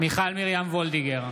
מיכל מרים וולדיגר,